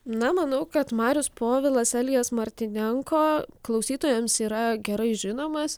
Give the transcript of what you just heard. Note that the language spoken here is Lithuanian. na manau kad marius povilas elijas martynenko klausytojams yra gerai žinomas